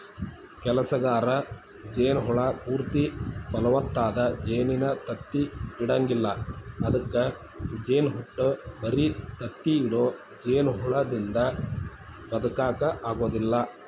ಕೆಲಸಗಾರ ಜೇನ ಹುಳ ಪೂರ್ತಿ ಫಲವತ್ತಾದ ಜೇನಿನ ತತ್ತಿ ಇಡಂಗಿಲ್ಲ ಅದ್ಕ ಜೇನಹುಟ್ಟ ಬರಿ ತತ್ತಿ ಇಡೋ ಜೇನಹುಳದಿಂದ ಬದಕಾಕ ಆಗೋದಿಲ್ಲ